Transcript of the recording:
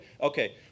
Okay